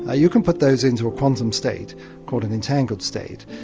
ah you can put those into a quantum state called an entangled state,